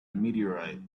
meteorite